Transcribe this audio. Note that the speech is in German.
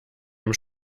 dem